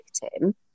victim